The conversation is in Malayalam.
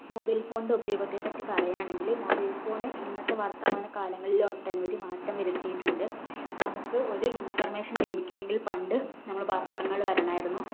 മൊബൈൽ ഫോണിൻ്റെ ഉപയോഗത്തെപ്പറ്റി പറയുകയാണെങ്കിൽ മൊബൈൽ ഫോണ് ഇന്നത്തെ വർത്തമാന കാലങ്ങളിൽ ഒട്ടനവധി മാറ്റം വരുത്തിയിട്ടുണ്ട് നമുക്ക് ഒരു ഇൻഫർമേഷൻ ലഭിക്കണമെങ്കിൽ പണ്ട് നമ്മൾ പത്രങ്ങൾ വരണമായിരുന്നു